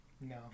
no